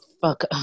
fuck